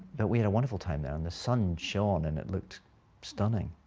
but we had a wonderful time there. and the sun shone, and it looked stunning.